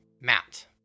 Matt